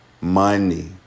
money